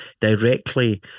directly